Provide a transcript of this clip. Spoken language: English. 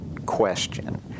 question